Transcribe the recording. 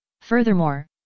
furthermore